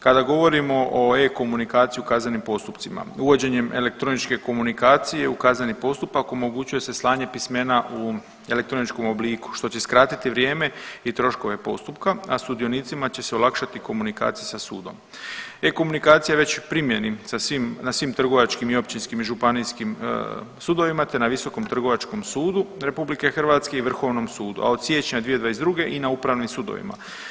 Kada govorimo o e-Komunikaciji o kaznenim postupcima, uvođenjem elektroničke komunikacije u kazneni postupak omogućuje se slanje pismena u elektroničkom obliku što će skratiti vrijeme i troškove postupka, a sudionicima će se olakšati komunikacija sa sudom. e-Komunikacija je već u primjeni na svim trgovačkim, općinskim i županijskim sudovima te na Visokom trgovačkom sudu RH i vrhovnom sudu, a od siječnja 2022. i na upravnim sudovima.